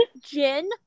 Jin